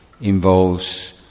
involves